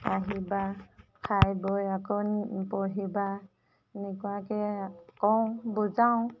আহিবা খাই বৈ আকৌ পঢ়িবা এনেকুৱাকৈ কওঁ বুজাও